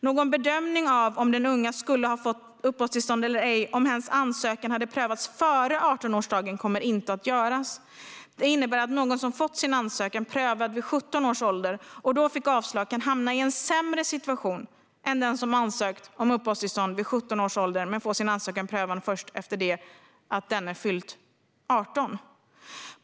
Någon bedömning av om den unga skulle ha fått uppehållstillstånd eller ej om hens ansökan hade prövats före 18-årsdagen kommer inte att göras. Det innebär att någon som fått sin ansökan prövad vid 17 års ålder och då fick avslag kan hamna i en sämre situation än den som ansökt om uppehållstillstånd vid 17 års ålder men får sin ansökan prövad först efter det att denne fyllt 18 år.